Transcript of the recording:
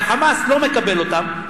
וה"חמאס" לא מקבל אותם,